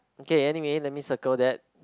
okay anyway let me circle that